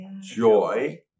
joy